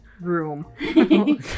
room